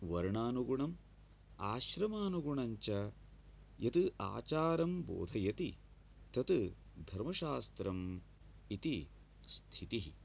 वर्णानुगुणम् आश्रमानुगुणं च यत् आचारं बोधयति तत् धर्मशास्त्रम् इति स्थितिः